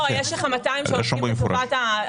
זה כתוב במפורש.